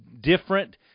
different